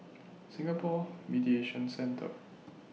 Singapore Mediation Centre